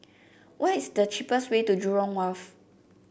what is the cheapest way to Jurong Wharf